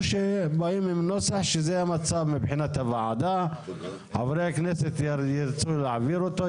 או שבאים עם נוסח של הוועדה וחברי הכנסת שירצו יעבירו אותו,